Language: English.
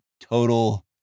total